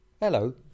Hello